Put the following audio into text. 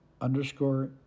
underscore